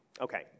Okay